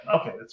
okay